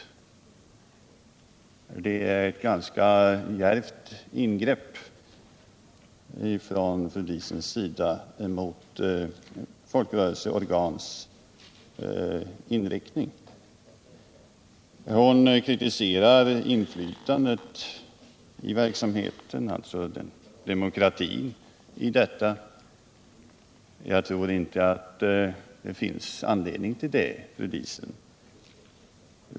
Detta är ett ganska djärvt angrepp från fru Diesens sida mot inriktningen av olika folkrörelseorgans verksamhet. Hon kritiserade inflytandet på verksamheten, dvs. demokratin i detta sammanhang. Men jag tror inte att det finns anledning till det, fru Diesen.